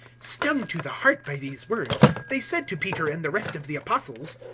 stung to the heart by these words, they said to peter and the rest of the apostles,